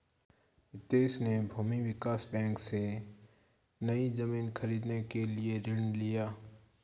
हितेश ने भूमि विकास बैंक से, नई जमीन खरीदने के लिए ऋण लिया